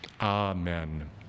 Amen